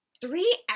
Three